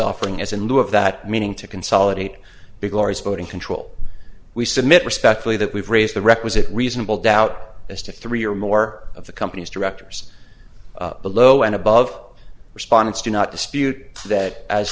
offering is in lieu of that meeting to consolidate big lorries voting control we submit respectfully that we've raised the requisite reasonable doubt as to three or more of the company's directors below and above respondents do not dispute that as